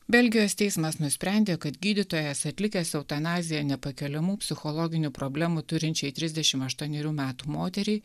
belgijos teismas nusprendė kad gydytojas atlikęs eutanaziją nepakeliamų psichologinių problemų turinčiai trisdešim aštuonerių metų moteriai